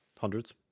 Hundreds